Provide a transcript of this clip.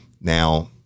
Now